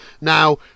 Now